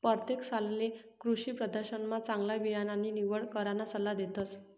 परतेक सालले कृषीप्रदर्शनमा चांगला बियाणानी निवड कराना सल्ला देतस